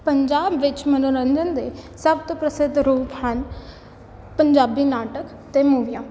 ਪੰਜਾਬ ਵਿੱਚ ਮਨੋਰੰਜਨ ਦੇ ਸਭ ਤੋਂ ਪ੍ਰਸਿੱਧ ਰੂਪ ਹਨ ਪੰਜਾਬੀ ਨਾਟਕ ਅਤੇ ਮੂਵੀਆਂ